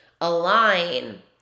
align